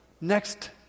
next